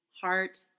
heart